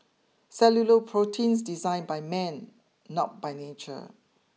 cellular proteins designed by man not by nature